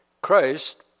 Christ